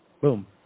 boom